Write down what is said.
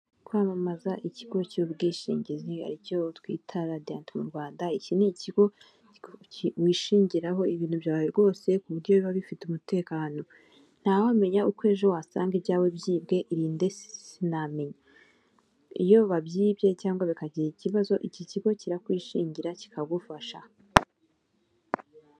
Umuhanda w'igitaka urimo imodoka ebyiri imwe y'umukara n'indi yenda gusa umweru, tukabonamo inzu ku ruhande yarwo yubakishije amabuye kandi ifite amababi y'umutuku ni'gipangu cy'umukara.